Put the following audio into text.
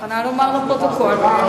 במרכז האקדמי רופין,